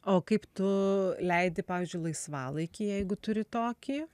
o kaip tu leidi pavyzdžiui laisvalaikį jeigu turi tokį